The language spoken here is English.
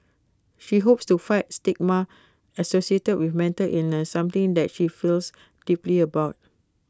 she hopes to fight stigma associated with mental illness something that she feels deeply about